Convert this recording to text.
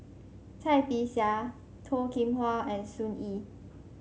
Cai Bixia Toh Kim Hwa and Sun Yee